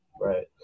right